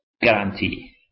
guarantee